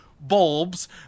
bulbs